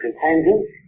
contingent